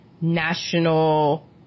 National